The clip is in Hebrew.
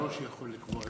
היושב-ראש השתכנע?